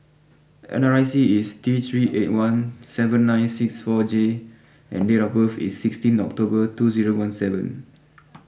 N R I C is T three eight one seven nine six four J and date of birth is sixteen October two zero one seven